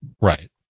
Right